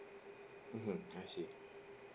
mmhmm I see